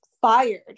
fired